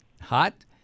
Hot